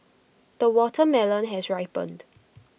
the watermelon has ripened